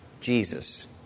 Jesus